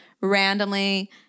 randomly